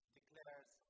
declares